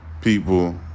people